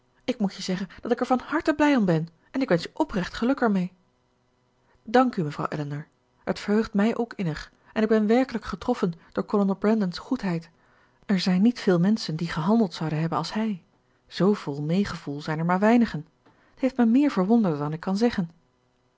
ik moet je zeggen dat ik er van harte blij om ben en ik wensch je oprecht geluk ermee dank u mevrouw zei elinor het verheugt mij ook innig en ik ben werkelijk getroffen door kolonel brandon's goedheid er zijn niet veel menschen die gehandeld zouden hebben als hij zoo vol meegevoel zijn er maar weinigen t heeft mij meer verwonderd dan ik kan zeggen